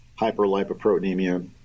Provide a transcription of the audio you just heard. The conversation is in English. hyperlipoproteinemia